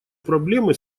проблемы